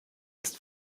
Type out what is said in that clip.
ist